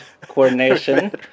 coordination